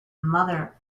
mother